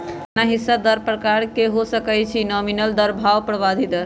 सलाना हिस्सा दर प्रकार के हो सकइ छइ नॉमिनल दर आऽ प्रभावी दर